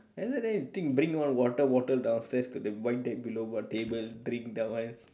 later then you think bring one water bottle downstairs to the void deck below got table drink that one